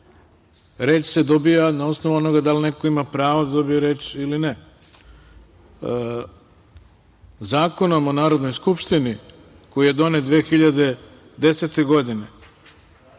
Reč se dobija na osnovu onoga da li neko ima pravo da dobije reč ili ne. Zakonom o Narodnoj skupštini, koji je donet 2010. godine,